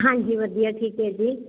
ਹਾਂਜੀ ਵਧੀਆ ਠੀਕ ਹ ਜੀ